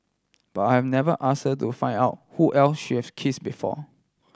but I've never ask her to find out who else she's kiss before